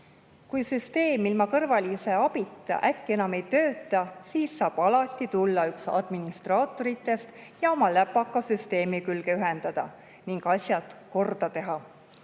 Kui süsteem ilma kõrvalise abita äkki enam ei tööta, siis saab alati tulla üks administraatoritest, oma läpaka süsteemi külge ühendada ning asjad korda teha.